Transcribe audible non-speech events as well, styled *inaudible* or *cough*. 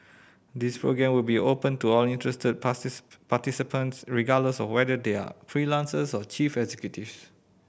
this programme will be open to all interested *unintelligible* participants regardless of whether they are freelancers or chief executives